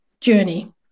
journey